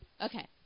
okay